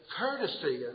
courtesy